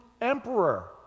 emperor